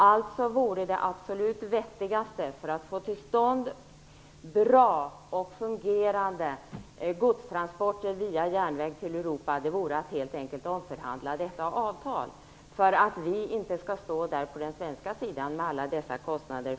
Alltså vore det absolut vettigaste för att få till stånd bra och fungerande godstransporter på järnväg till Europa helt enkelt att omförhandla detta avtal. Vi på den svenska sidan skall inte behöva stå fullständigt ensamma med alla dessa kostnader.